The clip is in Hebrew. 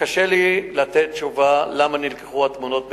קשה לי לתת תשובה למה נלקחו התמונות מהבית.